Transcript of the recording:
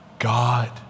God